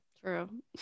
True